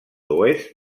oest